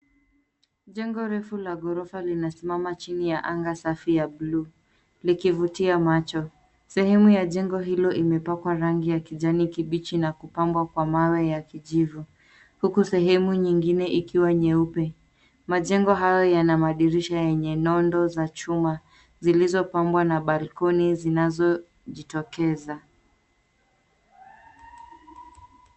Jengo refu la gorofa linasimama chini ya anga safi ya bluu, likivutua macho. Sehemu ya jengo hilo imepakwa rangi ya kijani kibichi na kupambwa kwa mawe ya kijivu. Huku sehemu nyingine ikiwa nyeupe. Majengo hayo yana madirisha yenye nondo za chuma; zilizopangwa na balcony zinazojitokeza.